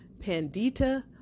Pandita